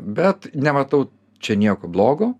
bet nematau čia nieko blogo